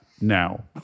now